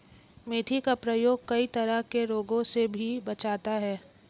मेथी का प्रयोग कई तरह के रोगों से भी बचाता है